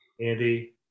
Andy